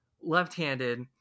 left-handed